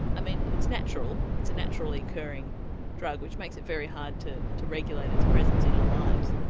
i mean it's natural, it's a naturally occurring drug which makes it very hard to to regulate its presence in our lives,